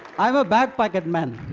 i'm a back pocket man.